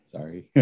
Sorry